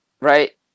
right